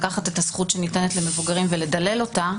לקחת את הזכות שניתנת למבוגרים ולדלל אותה